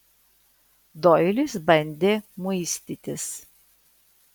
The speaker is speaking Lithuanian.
doilis bandė muistytis